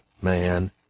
man